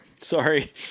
Sorry